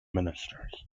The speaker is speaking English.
ministers